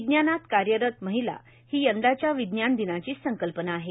विज्ञानात कार्यरत महिला ही यंदाच्या विज्ञान दिनाची संकल्पना आहे